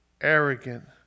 arrogant